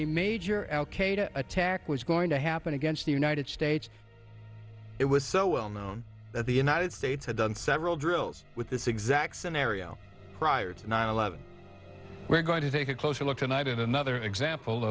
a major al qaeda attack was going to happen against the united states it was so well known that the united states had done several drills with this exact scenario prior to nine eleven we're going to take a closer look tonight at another example